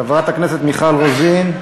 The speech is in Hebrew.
חברת הכנסת מיכל רוזין?